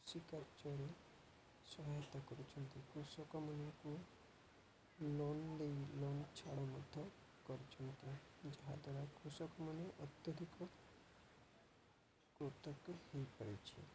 କୃଷିକାର୍ଯ୍ୟରେ ସହାୟତା କରୁଛନ୍ତି କୃଷକମାନାନଙ୍କୁ ଲୋନ୍ ଦେଇ ଲୋନ୍ ଛାଡ଼ ମଧ୍ୟ କରୁଛନ୍ତି ଯାହାଦ୍ୱାରା କୃଷକମାନେ ଅତ୍ୟଧିକ କୃତଜ୍ଞ ହେଇପାରିଛି